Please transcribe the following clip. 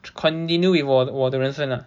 continue with 我的人生啦